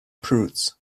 prudes